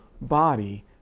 body